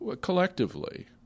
collectively